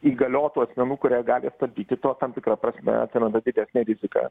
įgaliotų asmenų kurie gali stabdyti tuo tam tikra prasme atsiranda didesnė rizika